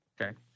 Okay